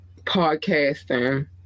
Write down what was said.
podcasting